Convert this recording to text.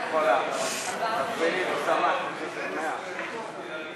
של קבוצת סיעת הרשימה המשותפת וקבוצת סיעת מרצ